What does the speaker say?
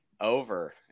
over